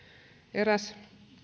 eräs